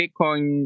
Bitcoin